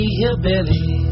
hillbilly